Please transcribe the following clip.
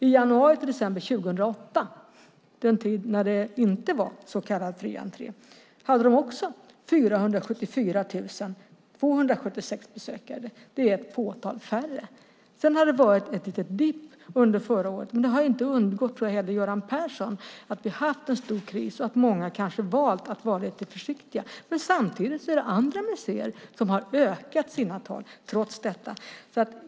I januari 2008, då det inte var så kallad fri entré, hade de 474 276 besökare. Det är ett fåtal färre. Sedan har det varit en liten dip under förra året, men det har inte undgått heller Göran Persson, tror jag, att vi haft en stor kris och att många kanske valt att vara lite försiktiga. Samtidigt är det andra museer som har ökat sina tal trots detta.